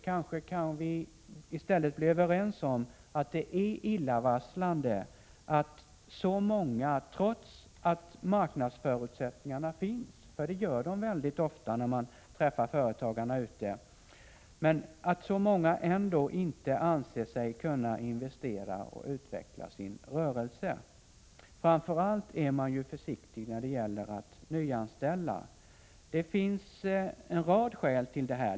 Kanske kan vii stället komma överens om att det är illavarslande att så många, trots att marknadsförutsättningarna finns — det visar sig ofta när man träffar företagarna — ändå inte anser sig kunna investera och utveckla sin rörelse. Framför allt är de försiktiga när det gäller att nyanställa. Det finns en rad skäl till detta.